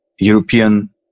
european